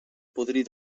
podrir